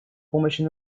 помощи